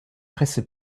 presse